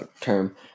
term